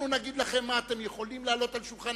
אנחנו נגיד לכם מה אתם יכולים להעלות על שולחן